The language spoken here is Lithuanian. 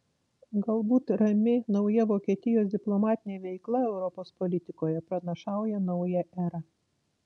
galbūt rami nauja vokietijos diplomatinė veikla europos politikoje pranašauja naują erą